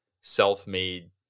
self-made